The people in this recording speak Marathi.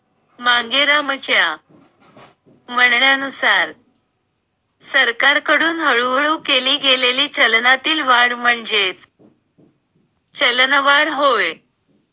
मांगेरामच्या म्हणण्यानुसार सरकारकडून हळूहळू केली गेलेली चलनातील वाढ म्हणजेच चलनवाढ होय